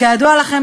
כידוע לכם,